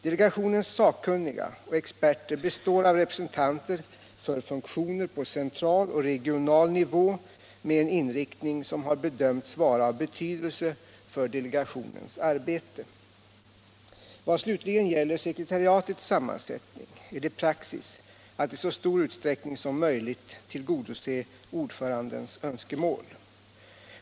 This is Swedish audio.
Delegationens sakkunniga och experter består av representanter för funktioner på central och regional nivå med en inriktning som har bedömts vara av betydelse för delegationens arbete. Vad slutligen gäller sekretariatets sammansättning är det praxis att i så stor utsträckning som möjligt tillgodose ordförandens önskemål.